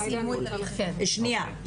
שנייה,